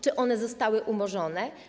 Czy one zostały umorzone?